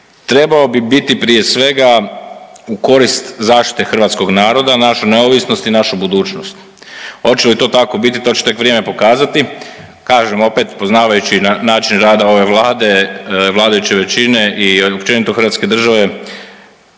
trebao bi biti prije svega u korist zaštite hrvatskog naroda, našu neovisnost i našu budućnost. Hoće li to tako biti, to će tek vrijeme pokazati. Kažem, opet, poznavajući način rada ove Vlade, vladajuće većina i općenito hrvatske države,